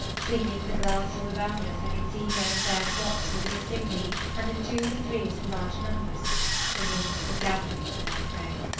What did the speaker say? sweeping the glass all around us i could see here and there dots moving singly and in twos and threes and larger numbers the wolves were gathering for their prey.